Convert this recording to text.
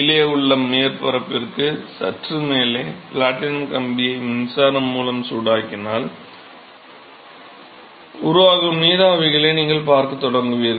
கீழே உள்ள மேற்பரப்பிற்கு சற்று மேலே பிளாட்டினம் கம்பியை மின்சாரம் மூலமாக சூடாக்கினால் உருவாகும் நீராவிகளை நீங்கள் பார்க்கத் தொடங்குவீர்கள்